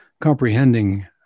comprehending